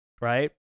right